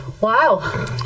Wow